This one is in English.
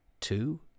two